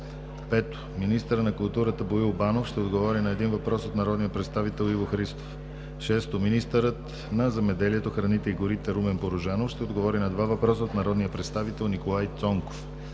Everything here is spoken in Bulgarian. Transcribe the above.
5. Министърът на културата Боил Банов ще отговори на един въпрос от народния представител Иво Христов. 6. Министърът на земеделието, храните и горите Румен Порожанов ще отговори на два въпроса от народния представител Николай Цонков.